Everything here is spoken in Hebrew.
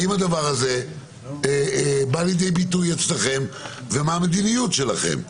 האם הדבר הזה בא לידי ביטוי אצלכם ומה המדיניות שלכם?